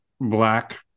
black